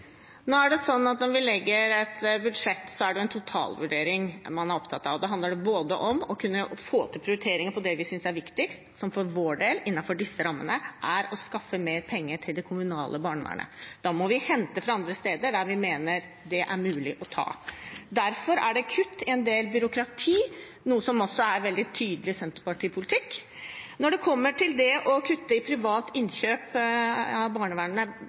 Når vi legger et budsjett, er det en totalvurdering man er opptatt av. Da handler det om å kunne få til prioriteringer av det vi synes er viktigst, noe som for vår del, innenfor disse rammene, er å skaffe mer penger til det kommunale barnevernet. Da må vi hente fra andre steder der vi mener det er mulig å ta. Derfor er det kutt i en del byråkrati, noe som også er veldig tydelig Senterparti-politikk. Når det kommer til det å kutte i innkjøp av